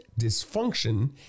dysfunction